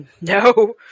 No